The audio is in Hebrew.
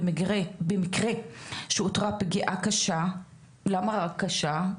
בקרה שבו אותרה פגיעה קשה, למה רק קשה?